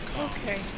Okay